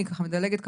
אני ככה מדלגת כמובן.